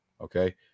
okay